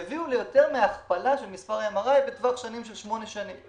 הם הביאו ליותר מהכפלה של מספר מכשירי ה-MRI תוך שמונה שנים.